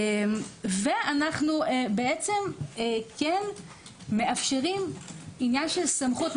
ואנו כן מאפשרים עניין של סמכות,